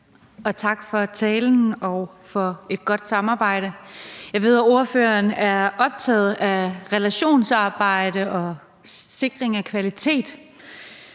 Og tak for talen og for et godt samarbejde. Jeg ved, at ordføreren er optaget af relationsarbejde og sikring af kvalitet,